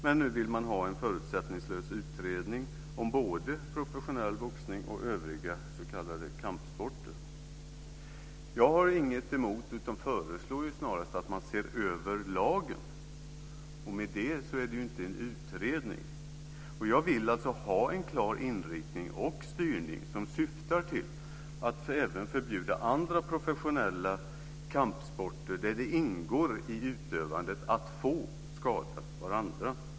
Men nu vill man ha en förutsättningslös utredning om både professionell boxning och övriga s.k. kampsporter. Jag har inget emot utan föreslår snarast att man ser över lagen. Med det är det inte sagt att det ska vara en utredning. Jag vill ha en klar inriktning och styrning som syftar till att även förbjuda andra professionella kampsporter där det ingår i utövandet att man får skada varandra.